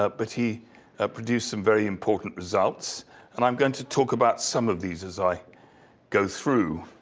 ah but he produced some very important results and i'm gonna talk about some of these as i go through.